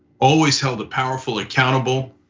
always held the powerful accountable,